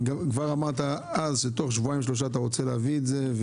כבר אמרת אז שתוך שבועיים שלושה אתה רוצה להביא את זה,